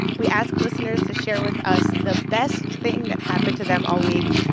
we ask listeners to share with us the best thing that happened to them all week.